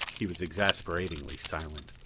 he was exasperatingly silent.